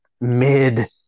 mid